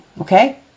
okay